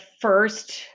first